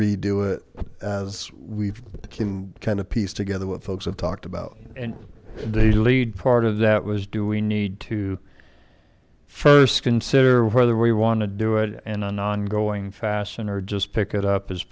redo it as we've kind of piece together what folks have talked about and the lead part of that was do we need to first consider whether we want to do it and an ongoing fastener just pick it up